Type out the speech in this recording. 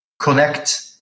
Connect